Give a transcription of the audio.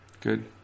good